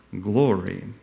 glory